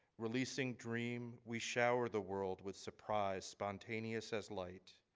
releasing dream we shower the world with surprise, spontaneous as light.